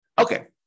Okay